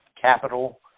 capital